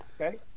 Okay